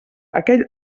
aquell